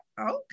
Okay